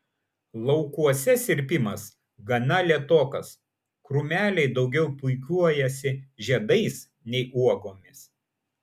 laukuose sirpimas gana lėtokas krūmeliai daugiau puikuojasi žiedais nei uogomis